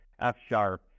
F-Sharp